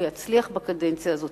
הוא יצליח בקדנציה הזאת.